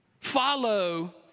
follow